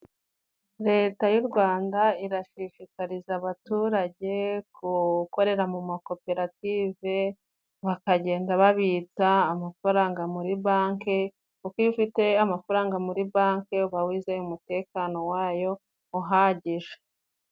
Leta y'u Rwanda irashishikariza abaturage gukorera mu makoperative, bakagenda babitsa amafaranga muri banke, kuko iyo ufite amafaranga muri banke, uba wizeye umutekano wayo uhagije.